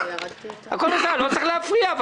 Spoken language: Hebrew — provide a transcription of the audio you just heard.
אבל לא צריך להפריע.